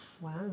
Wow